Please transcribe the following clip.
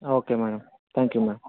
okay madam thank you madam